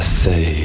say